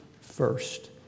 first